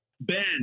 Ben